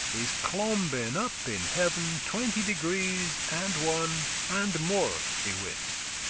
is clomben up in heaven twenty degrees and one, and more y-wis.